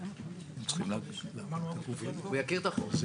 הוא יכיר את החוק.